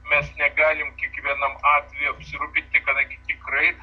mes negalim kiekvienam atvejui apsirūpinti kadangi tikrai